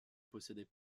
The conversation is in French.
possédait